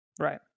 Right